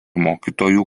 mokytojų